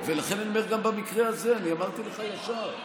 ולכן אני אומר גם במקרה הזה, אמרתי לך ישר: